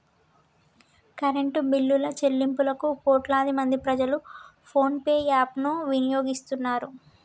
current బిల్లుల చెల్లింపులకు కోట్లాది మంది ప్రజలు ఫోన్ పే యాప్ ను వినియోగిస్తున్నరు